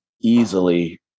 easily